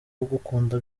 ugukunda